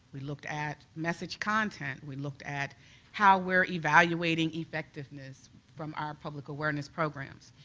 we looked at message content, we looked at how we're evaluating effectiveness from our public awareness programs.